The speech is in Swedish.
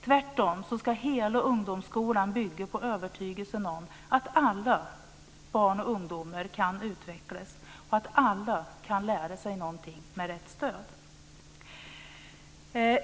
Tvärtom ska hela ungdomsskolan bygga på övertygelsen om att alla barn och ungdomar kan utvecklas, att alla kan lära sig någonting med rätt stöd.